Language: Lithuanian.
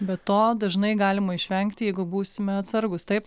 bet to dažnai galima išvengti jeigu būsime atsargūs taip